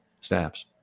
snaps